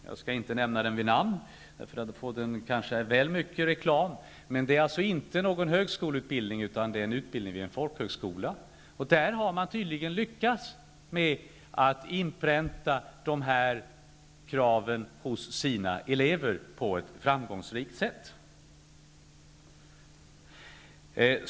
Jag skall inte nämna den vid namn, då får den kanske väl mycket reklam, men det är alltså inte någon högskoleutbildning utan en utbildning vid en folkhögskola. Där har man tydligen lyckats med att inpränta dessa krav hos sina elever på ett framgångsrikt sätt.